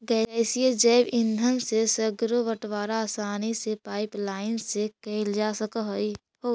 गैसीय जैव ईंधन से सर्गरो बटवारा आसानी से पाइपलाईन से कैल जा सकऽ हई